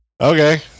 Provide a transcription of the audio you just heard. Okay